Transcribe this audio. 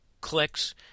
clicks